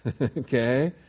Okay